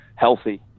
healthy